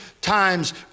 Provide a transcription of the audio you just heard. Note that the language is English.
times